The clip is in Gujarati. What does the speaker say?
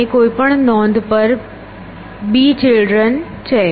અને કોઈપણ નોંધ પર b ચિલ્ડ્રન છે